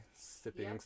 sipping